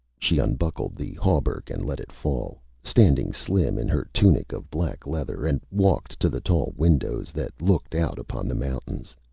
she unbuckled the hauberk and let it fall, standing slim in her tunic of black leather, and walked to the tall windows that looked out upon the mountains.